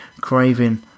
craving